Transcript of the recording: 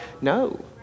No